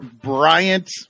Bryant